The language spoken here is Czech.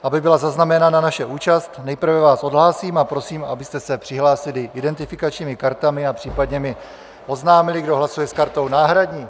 Aby byla zaznamenána naše účast, nejprve vás odhlásím a prosím, abyste se přihlásili identifikačními kartami a případně mi oznámili, kdo hlasuje s kartou náhradní.